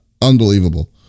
Unbelievable